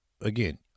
Again